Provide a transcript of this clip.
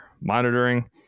monitoring